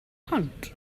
pont